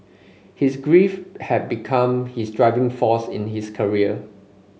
his grief had become his driving force in his career